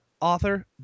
author